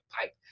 pipe